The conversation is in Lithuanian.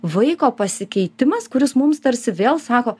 vaiko pasikeitimas kuris mums tarsi vėl sako